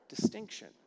distinction